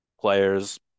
players